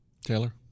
Taylor